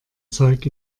zeug